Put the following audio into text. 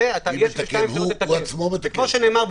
כפי שנאמר,